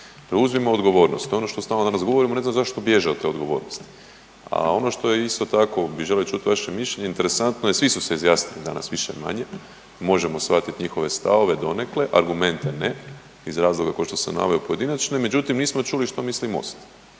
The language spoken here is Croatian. Preuzmimo odgovornost. Ono što stalno danas govorimo, ne znam zašto bježe od te odgovornosti. A ono što je isto tako i želim čut vaše mišljenje, svi su se izjasnili danas više-manje, možemo shvatiti njihove stavove donekle, argumente ne iz razloga kao što sam naveo u pojedinačnoj, međutim nismo čuli što misli MOST.